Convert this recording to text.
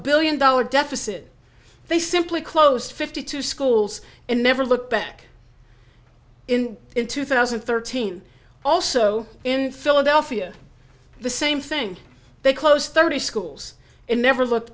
billion dollar deficit they simply closed fifty two schools and never looked back in in two thousand and thirteen also in philadelphia the same thing they close thirty schools and never looked